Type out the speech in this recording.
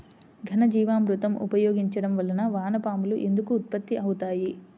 ఘనజీవామృతం ఉపయోగించటం వలన వాన పాములు ఎందుకు ఉత్పత్తి అవుతాయి?